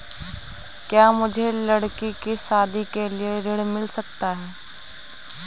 क्या मुझे लडकी की शादी के लिए ऋण मिल सकता है?